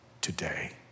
today